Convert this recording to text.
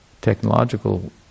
technological